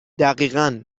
دقیقا